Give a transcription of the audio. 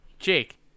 Jake